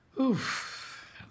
Oof